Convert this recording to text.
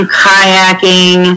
kayaking